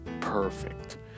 perfect